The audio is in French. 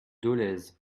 dolez